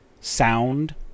sound